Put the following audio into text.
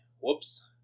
whoops